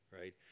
right